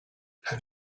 have